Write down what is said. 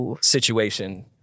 situation